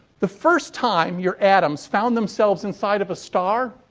the first time your atoms found themselves inside of a star,